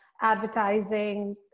advertising